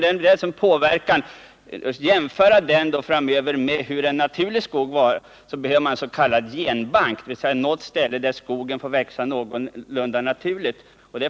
För att kunna jämföra den med hur en naturlig skog ser ut behöver man en s.k. genbank, dvs. något ställe där skogen får växa någorlunda naturligt.